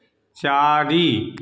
चारि